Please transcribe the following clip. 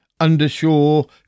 Undershore